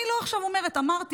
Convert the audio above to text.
אני לא אומרת עכשיו: אמרתי,